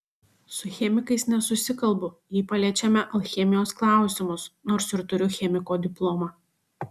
su chemikais nesusikalbu jei paliečiame alchemijos klausimus nors ir turiu chemiko diplomą